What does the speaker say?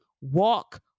walk